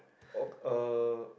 oh uh